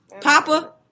Papa